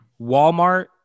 Walmart